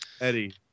Eddie